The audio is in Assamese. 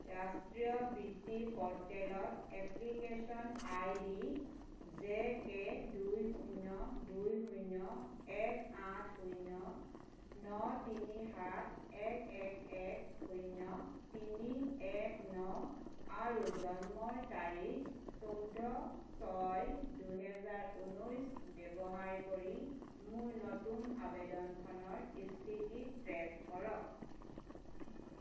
ৰাষ্ট্ৰীয় বৃত্তি প'ৰ্টেলত এপ্লিকেশ্য়ন আইডি জে কে দুই শূন্য দুই শূন্য এক আঠ শূন্য ন তিনি সাত এক এক এক শূন্য তিনি এক ন আৰু জন্মৰ তাৰিখ চৈধ্য ছয় দুহেজাৰ ঊনৈছ ব্যৱহাৰ কৰি মোৰ নতুন আবেদনখনৰ স্থিতি ট্ৰে'ক কৰক